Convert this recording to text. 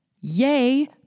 Yay